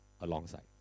alongside